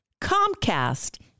Comcast